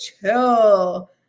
chill